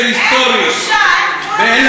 אין בושה,